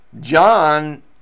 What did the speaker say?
John